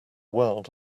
world